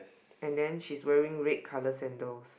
and then she's wearing red colour sandals